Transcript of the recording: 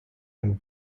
and